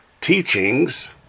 teachings